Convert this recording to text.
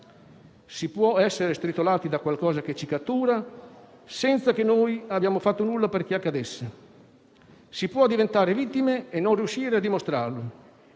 «si può essere stritolati da qualcosa che ci cattura senza che noi abbiamo fatto nulla perché accadesse. Si può diventare vittime e non riuscire a dimostrarlo».